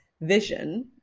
vision